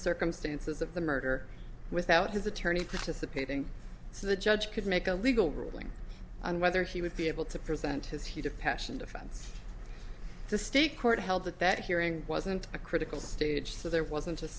circumstances of the murder without his attorney participating so the judge could make a legal ruling on whether he would be able to present his heat of passion defense the state court held that that hearing wasn't a critical stage so there wasn't a